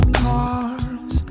cars